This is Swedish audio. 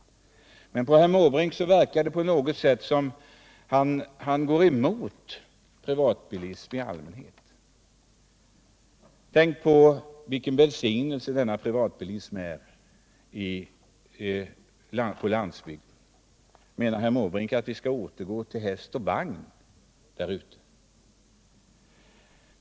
Men det verkar som herr Måbrink är emot privatbilism i allmänhet. Tänk på vilken välsignelse bilen är på landsbygden! Menar herr Måbrink att vi skall återgå till häst och vagn där ute?